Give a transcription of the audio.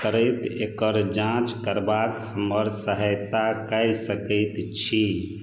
करैत एकर जाँच करबाक हमर सहायता कै सकैत छी